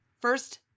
First